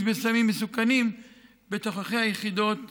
בסמים מסוכנים בתוככי היחידות הצבאיות.